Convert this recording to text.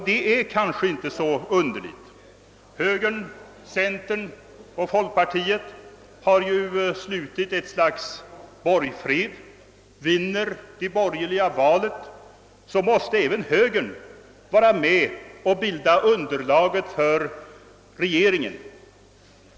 Det är kanske inte så underligt: högern, centern och folkpartiet har ju slutit ett slags borgfred, och om de borgerliga vinner valet, måste även högern vara med om att bilda underlaget för regeringen.